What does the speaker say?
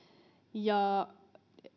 ja